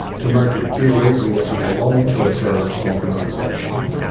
to make it illegal to belong to a terrorist organisation,